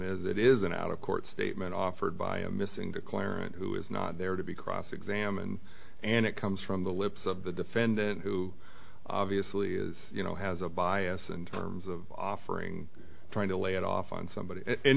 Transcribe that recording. is it is an out of court statement offered by a missing declarant who is not there to be cross examined and it comes from the lips of the defendant who obviously you know has a bias and offering trying to lay it off on somebody in